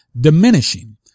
diminishing